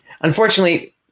unfortunately